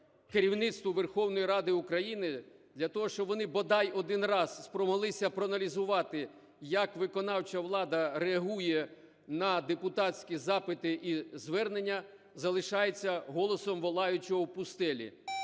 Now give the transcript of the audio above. керівництву Верховної Ради України для того, щоб вони бодай один раз спромоглися проаналізувати, як виконавча влада реагує на депутатські запити і звернення, залишається голосом волаючого в пустелі.